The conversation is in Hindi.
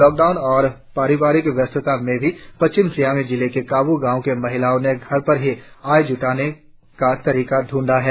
लॉकडाउन और पारिवारिक व्यस्तता में भी पश्चिम सियांग जिले के काबू गांव की महिलाओं ने घर पर भी आय जुटाने का तरीका ढूंढा है